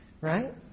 right